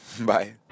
Bye